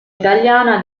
italiana